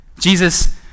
Jesus